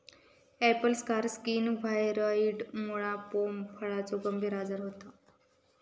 Apple scar skin व्हायरॉइडमुळा पोम फळाचो गंभीर आजार होता